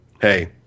hey